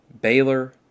Baylor